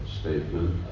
statement